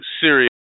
Syria